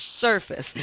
surface